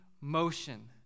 motion